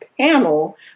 panel